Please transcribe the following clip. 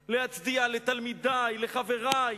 להצדיע, לתלמידי, לחברי,